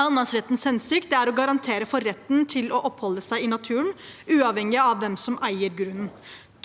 Allemannsrettens hensikt er å garantere for retten til å oppholde seg i naturen, uavhengig av hvem som eier grunnen.